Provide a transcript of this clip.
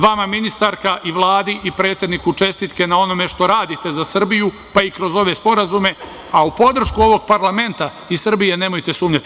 Vama ministarka i Vladi i predsedniku čestitke na onome što radite za Srbiju, pa i kroz ove sporazume, a u podršku ovog parlamenta i Srbije nemojte sumnjati.